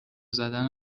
زدن